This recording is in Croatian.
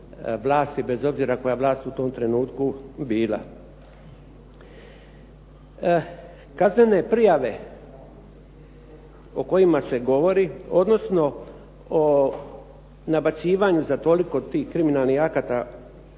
vlasti, bez obzira koja vlast u tom trenutku bila. Kaznene prijave o kojima se govori, odnosno o nabacivanju za toliko tih kriminalnih akata,